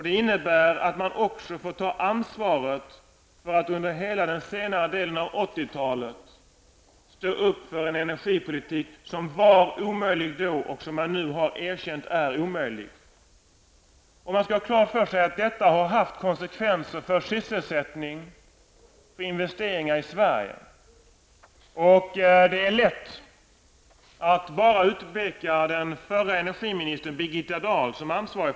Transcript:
Det innebär att man också får ta ansvaret för att under hela senare delen av 80-talet ha stått upp för en energipolitik som var omöjlig då, och som man nu har erkänt är omöjlig. Man skall ha klart för sig att detta haft konsekvenser för sysselsättning och investeringar i Sverige. Det är lätt att bara utpeka den förre energiministern Birgitta Dahl som ansvarig.